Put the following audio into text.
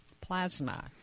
plasma